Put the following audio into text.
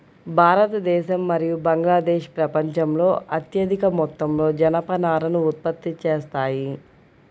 భారతదేశం మరియు బంగ్లాదేశ్ ప్రపంచంలో అత్యధిక మొత్తంలో జనపనారను ఉత్పత్తి చేస్తాయి